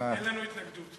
אין לנו התנגדות.